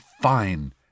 fine